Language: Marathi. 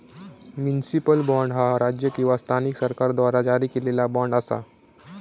म्युनिसिपल बॉण्ड, ह्या राज्य किंवा स्थानिक सरकाराद्वारा जारी केलेला बॉण्ड असा